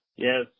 Yes